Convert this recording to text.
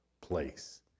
place